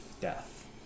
death